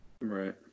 Right